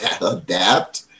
adapt